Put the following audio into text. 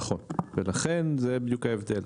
נכון ולכן זה בדיוק ההבדל,